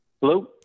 Hello